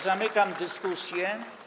Zamykam dyskusję.